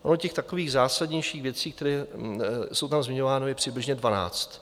Ono takových zásadnějších věcí, které jsou tam zmiňovány, je přibližně dvanáct.